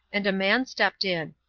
and a man stepped in.